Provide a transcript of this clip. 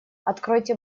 откройте